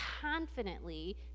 confidently